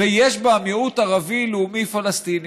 ויש בה מיעוט ערבי לאומי פלסטיני,